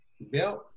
belt